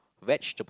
vegetable